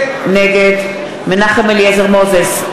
נגד מנחם אליעזר מוזס,